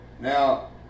Now